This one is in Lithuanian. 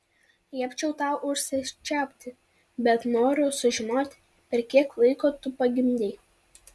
liepčiau tau užsičiaupti bet noriu sužinoti per kiek laiko tu pagimdei